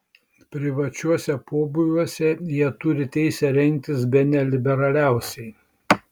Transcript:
privačiuose pobūviuose jie turi teisę rengtis bene liberaliausiai